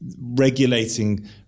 regulating